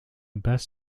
best